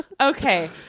okay